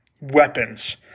weapons –